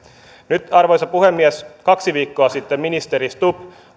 arvoisa puhemies kaksi viikkoa sitten ministeri stubb